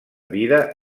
vida